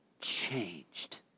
changed